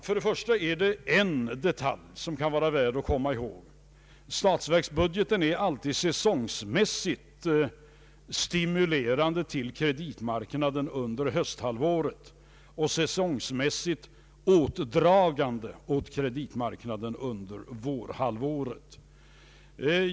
Först och främst är det en detalj som kan vara värd att komma ihåg, nämligen att statsverksbudgeten alltid är säsongmässigt stimulerande för kreditmarknaden under hösthalvåret och säsongmässigt åtdragande under vårhalvåret.